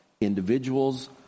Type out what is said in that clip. individuals